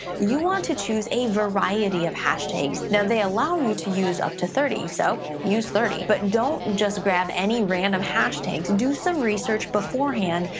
you want to choose a variety of hashtags. now, they allow you to use up to thirty. so, use thirty. but don't just grab any random hashtags. do some research beforehand,